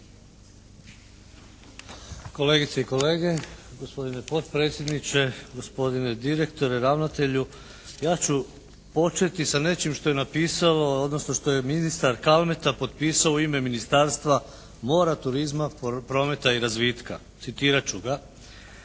Kolegice i kolege, gospodine potpredsjedniče, gospodine direktore, ravnatelju. Ja ću početi sa nečim što je napisao, odnosno što je ministar Kalmeta potpisao u ime Ministarstva mora, turizma, prometa i razvitka. Citirat ću ga.